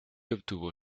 obtuvo